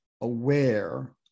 aware